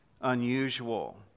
unusual